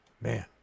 man